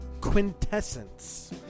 quintessence